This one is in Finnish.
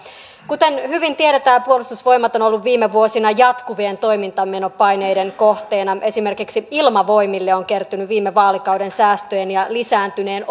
kuten hyvin tiedetään puolustusvoimat on on ollut viime vuosina jatkuvien toimintamenopaineiden kohteena esimerkiksi ilmavoimille on kertynyt viime vaalikauden säästöjen ja lisääntyneen